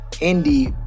Indy